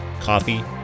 coffee